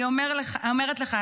אני אומרת לך,